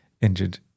injured